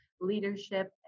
leadership